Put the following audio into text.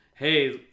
hey